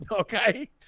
okay